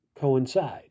coincide